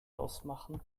ausmachen